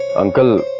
uncle.